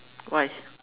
why